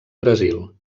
brasil